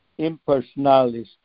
impersonalist